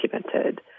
documented